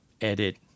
edit